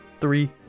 Three